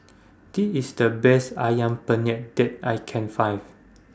This IS The Best Ayam Penyet that I Can Find